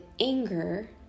anger